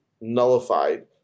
nullified